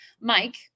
Mike